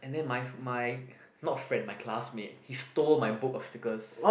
and then my my not friend my classmate he stole my book of stickers